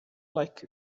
like